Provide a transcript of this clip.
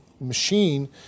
machine